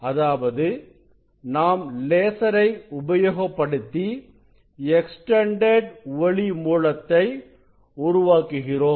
அதாவது நாம் லேசரை உபயோகப்படுத்தி எக்ஸ்டெண்டெட் ஒளி மூலத்தை உருவாக்குகிறோம்